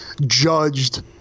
judged